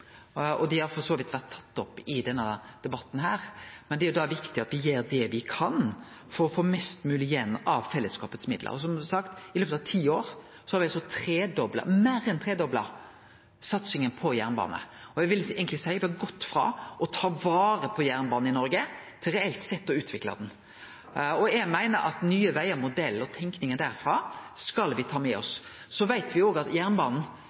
er det mange grunnar til det, og dei har for så vidt vore tatt opp i denne debatten, men det er jo da viktig at me gjer det me kan for å få mest mogleg igjen av fellesskapets midlar. Og som sagt, i løpet av ti år har me altså meir enn tredobla satsinga på jernbanen, og eg vil eigentleg seie me har gått frå å ta vare på jernbanen i Noreg, til reelt sett å utvikle han. Og eg meiner at Nye Vegar-modellen og tenkinga derfrå skal me ta med oss. Så veit me òg at jernbanen